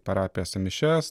parapijose mišias